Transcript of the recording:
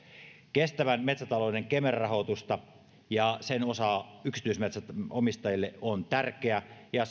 kestävän metsätalouden kemera rahoitus ja sen osa yksityismetsän omistajille on tärkeä ja